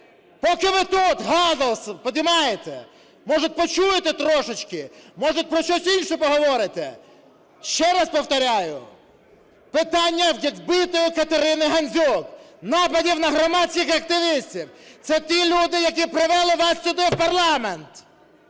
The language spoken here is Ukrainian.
Поки ви тут галас піднімаєте, може почуєте трошечки? Може про щось інше поговорите? Ще раз повторюю, питання вбитої Катерини Гандзюк, нападів на громадських активістів! Це ті люди, які привели вас сюди в парламент!